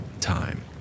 time